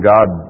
God